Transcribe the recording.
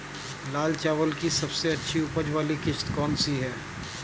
लाल चावल की सबसे अच्छी उपज वाली किश्त कौन सी है?